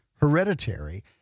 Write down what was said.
hereditary